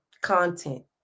content